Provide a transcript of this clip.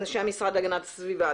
אנשי המשרד להגנת הסביבה,